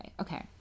Okay